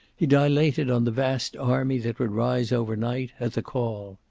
he dilated on the vast army that would rise overnight, at the call.